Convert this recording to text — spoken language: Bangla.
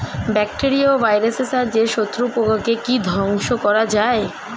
ব্যাকটেরিয়া ও ভাইরাসের সাহায্যে শত্রু পোকাকে কি ধ্বংস করা যায়?